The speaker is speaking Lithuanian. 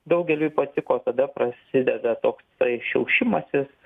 daugeliui patiko tada prasideda toksai šiaušimasis